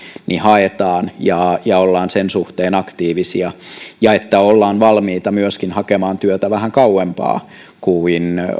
haetaan ja ja ollaan sen suhteen aktiivisia ja että ollaan myöskin valmiita hakemaan työtä vähän kauempaa kuin